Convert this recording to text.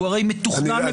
הוא הרי מתוכנן לפרטי פרטים.